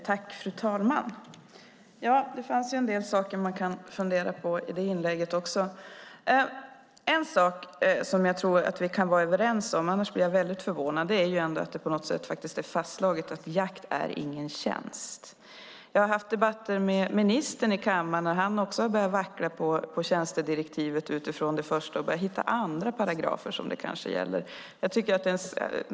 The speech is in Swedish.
Fru talman! Det var en del saker att fundera på också i föregående inlägg. Men en sak som jag tror att vi kan vara överens om - om inte blir jag väldigt förvånad - är att det på något sätt ändå är fastslaget att jakt inte är en tjänst. Jag har haft debatter med ministern i kammaren där också han har börjat vackla på tjänstedirektivet utifrån det första och börjat hitta andra paragrafer som det kanske gäller.